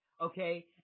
okay